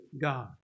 God